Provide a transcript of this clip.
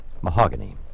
Mahogany